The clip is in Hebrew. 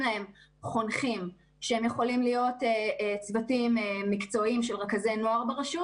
אותם חונכים יכולים להיות צוותים מקצועיים של רכזי נוער ברשות,